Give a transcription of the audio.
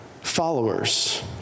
followers